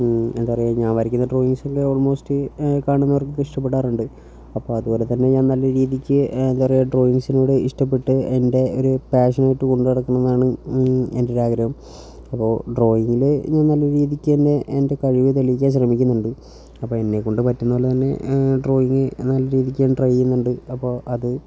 എന്താ പറയുക ഞാൻ വരയ്ക്കുന്ന ഡ്രോയിങ്സൊക്കെ ഓൾമോസ്റ്റ് കാണുന്നവർക്കൊക്കെ ഇഷ്ടപ്പെടാറുണ്ട് അപ്പോൾ അതുപോലെത്തന്നെ ഞാൻ നല്ല രീതിയ്ക്ക് എന്താ പറയുക ഡ്രോയിങ്സിനോട് ഇഷ്ടപ്പെട്ട് എൻ്റെ ഒരു പാഷനായിട്ട് കൊണ്ടുനടക്കണം എന്നാണ് എൻ്റെ ഒരാഗ്രഹം അപ്പോൾ ഡ്രോയിങ്ങിൽ ഞാൻ നല്ല രീതിയ്ക്ക് തന്നെ എൻ്റെ കഴിവ് തെളയിക്കാൻ ശ്രമിക്കുന്നുണ്ട് അപ്പോൾ എന്നെക്കൊണ്ട് പറ്റുന്നതുപോലെതന്നെ ഡ്രോയിങ്ങ് നല്ല രീതിയ്ക്ക് ഞാൻ ട്രൈ ചെയ്യുന്നുണ്ട് അപ്പോൾ അത്